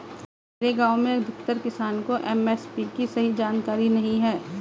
मेरे गांव में अधिकतर किसान को एम.एस.पी की सही जानकारी नहीं है